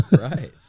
Right